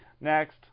Next